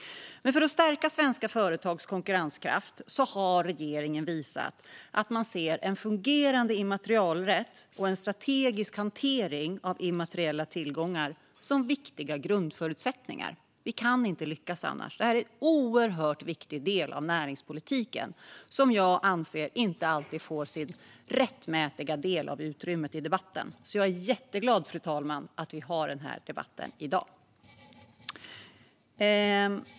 För att stärka svenska företags konkurrenskraft har regeringen visat att man ser en fungerande immaterialrätt och en strategisk hantering av immateriella tillgångar som viktiga grundförutsättningar. Vi kan inte lyckas annars. Det här är en oerhört viktig del av näringspolitiken som jag anser inte alltid får sin rättmätiga del av utrymmet i debatten. Därför är jag jätteglad, fru talman, att vi har den här debatten i dag.